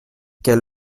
quelle